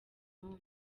umwe